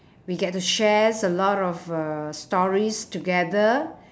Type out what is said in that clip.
we get to shares a lot of uh stories together